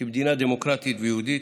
כמדינה דמוקרטית ויהודית,